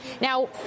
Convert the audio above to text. Now